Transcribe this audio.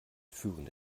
führend